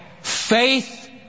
faith